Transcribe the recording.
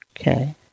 Okay